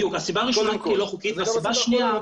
שזה הולך